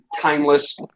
timeless